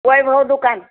वैभव दुकान